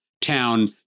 town